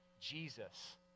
Jesus